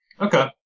Okay